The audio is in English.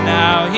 now